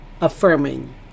affirming